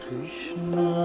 Krishna